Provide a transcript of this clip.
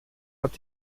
hat